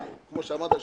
כמו שאמרת.